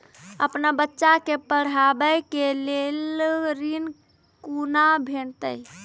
अपन बच्चा के पढाबै के लेल ऋण कुना भेंटते?